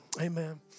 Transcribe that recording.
Amen